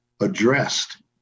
addressed